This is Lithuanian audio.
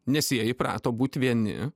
nes jie įprato būt vieni